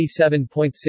27.6